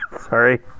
sorry